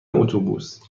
اتوبوس